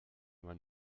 man